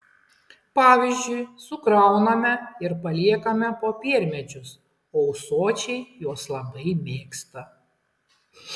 pavyzdžiui sukrauname ir paliekame popiermedžius o ūsočiai juos labai mėgsta